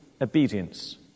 obedience